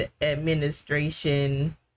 administration